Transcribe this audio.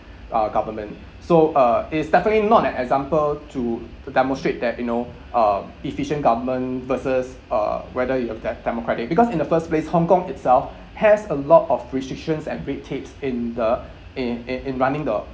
uh government so uh it's definitely not an example to to demonstrate that you know uh efficient government versus uh whether you have de~ democratic because in the first place hong kong itself has a lot of restrictions and red tapes in the in in in running the